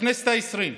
בכנסת העשרים,